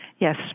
Yes